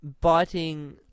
biting